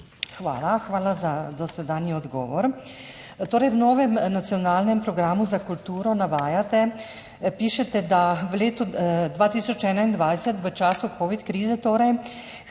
Hvala. Hvala za dosedanji odgovor. V novem nacionalnem programu za kulturo navajate, pišete, da v letu 2021, torej v času covid krize, kar